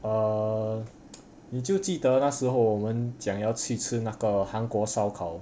err 你就记得那时候我们讲要去吃那个韩国烧烤